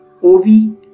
Ovi